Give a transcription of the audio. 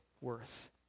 worth